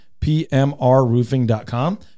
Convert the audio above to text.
PMRRoofing.com